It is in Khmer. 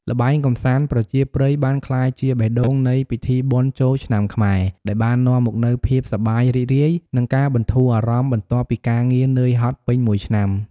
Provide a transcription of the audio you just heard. ល្បែងកម្សាន្តប្រជាប្រិយបានក្លាយជាបេះដូងនៃពិធីបុណ្យចូលឆ្នាំខ្មែរ ដែលបាននាំមកនូវភាពសប្បាយរីករាយ និងការបន្ធូរអារម្មណ៍បន្ទាប់ពីការងារនឿយហត់ពេញមួយឆ្នាំ។